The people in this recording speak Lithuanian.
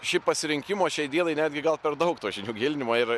šiaip pasirinkimo šiai dienai netgi gal per daug to žinių gilinimo ir